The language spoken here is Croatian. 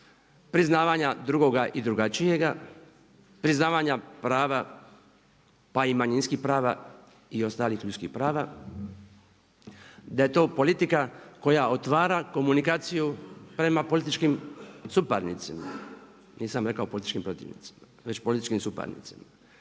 priznavanja drugoga i drugačijega, priznavanja prava pa i manjinskih prava i ostalih prava, da je to politika koja otvara komunikaciju prema političkim suparnicima, nisam rekao političkim protivnicima već političkim suparnicima.